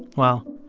well,